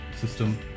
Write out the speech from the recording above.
system